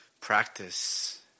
practice